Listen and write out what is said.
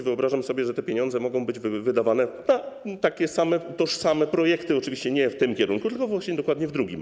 Wyobrażam sobie, że te pieniądze mogą być wydawane na takie same, tożsame projekty, oczywiście nie w tym kierunku, tylko właśnie dokładnie w drugim.